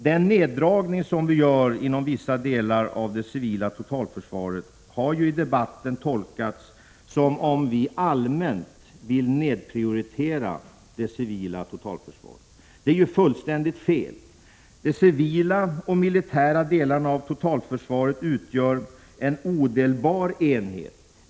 Den neddragning som görs inom vissa delar av det civila totalförsvaret har i debatten tolkats så att regeringen allmänt sett vill ge det civila totalförsvaret lägre prioritet. Det är fullständigt felaktigt. De civila och militära delarna av totalförsvaret utgör en odelbar enhet.